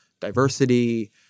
diversity